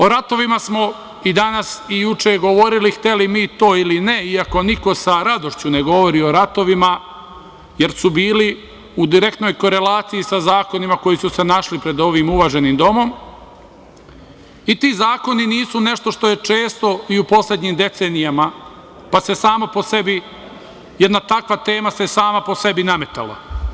O ratovima smo i danas i juče govorili, hteli mi to ili ne, iako niko sa radošću ne govori o ratovima, jer su bili u direktnoj korelaciji sa zakonima koji su se našli pred ovim uvaženim domom i ti zakoni nisu nešto što je često u poslednjim decenijama, pa se samo po sebi, jedna takva tema se sama po sebi nametala.